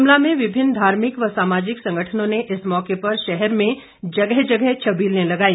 शिमला में विभिन्न धार्मिक व सामाजिक संगठनों ने इस मौके पर शहर में जगह जगह छबीले लगाई